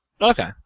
Okay